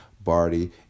Barty